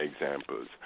examples